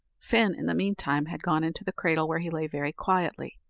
fin, in the meantime, had gone into the cradle, where he lay very quietly,